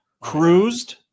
Cruised